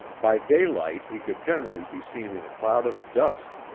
by daylight he could generally be seen in a cloud of dust,